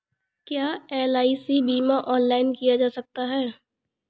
क्या एल.आई.सी बीमा ऑनलाइन किया जा सकता है?